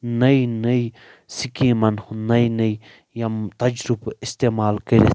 نٔے نٔے سکیٖمن ہُند نٔے نٔے یِم تجرُبہٕ استعمال کٔرتھ